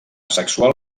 sexual